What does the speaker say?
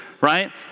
right